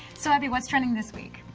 so abi what's trending this week?